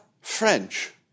French